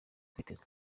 kwiteza